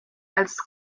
als